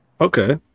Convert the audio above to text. Okay